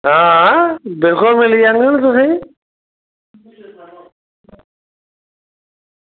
हां बिलकुल मिली जाङन तुसेंगी